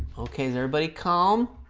okay everybody calm